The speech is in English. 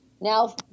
now